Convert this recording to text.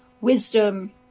wisdom